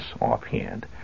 offhand